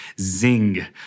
zing